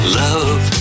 love